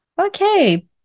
Okay